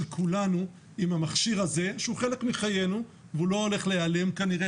כולנו עם המכשיר הזה שהוא חלק מחיינו והוא לא הולך להיעלם כנראה,